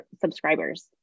subscribers